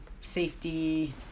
safety